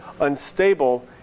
unstable